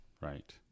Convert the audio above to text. Right